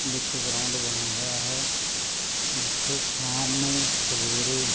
ਵਿੱਚ ਗਰਾਉਂਡ ਬਣਿਆ ਹੋਇਆ ਹੈ ਜਿੱਥੇ ਸ਼ਾਮ ਨੂੰ ਸਵੇਰੇ